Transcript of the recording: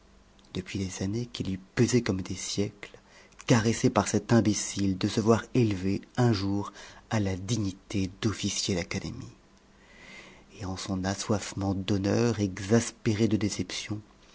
depuis des années qui lui pesaient comme des siècles caressée par cet imbécile de se voir élevé un jour à la dignité d'officier d'académie et en son assoiffement d'honneurs exaspéré de déceptions